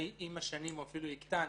עם השנים הוא אולי אפילו יקטן,